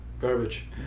Garbage